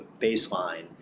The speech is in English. baseline